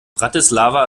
bratislava